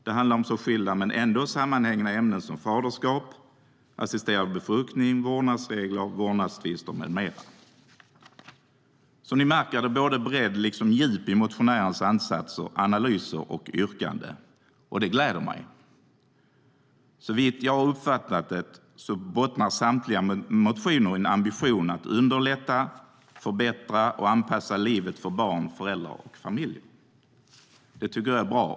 Det handlar om så skilda men ändå sammanhängande ämnen som faderskap, assisterad befruktning, vårdnadsregler, vårdnadstvister med mera. Som ni märker är det både bredd och djup i motionärernas ansatser, analyser och yrkanden. Det gläder mig. Såvitt jag förstår bottnar samtliga motioner i en ambition att underlätta, förbättra och anpassa livet för barn, föräldrar och familjer. Det tycker jag är bra.